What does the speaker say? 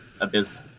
abysmal